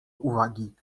uwagi